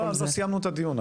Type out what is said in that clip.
עוד לא סיימנו את הדיון.